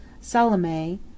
Salome